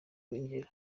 irengero